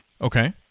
Okay